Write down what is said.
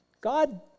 God